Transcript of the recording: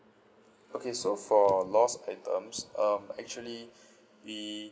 okay so for lost items um actually we